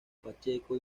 pacheco